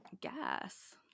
Gas